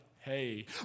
Hey